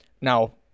now